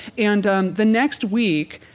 and and the next week,